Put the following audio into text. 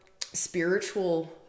spiritual